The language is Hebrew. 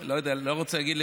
אני לא רוצה להגיד,